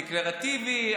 דקלרטיבי,